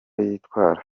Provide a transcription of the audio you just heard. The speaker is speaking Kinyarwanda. yitwara